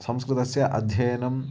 संस्कृतस्य अध्ययनम्